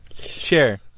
share